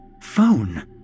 phone